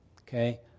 okay